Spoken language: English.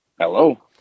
Hello